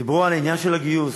דיברו על עניין הגיוס.